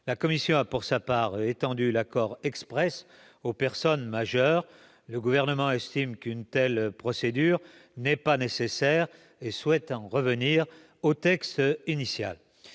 La commission des lois a étendu l'accord exprès du juge aux personnes majeures. Le Gouvernement estime qu'une telle procédure n'est pas nécessaire et souhaite en revenir au texte initial.